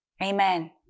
Amen